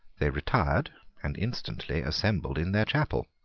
they retired and instantly assembled in their chapel.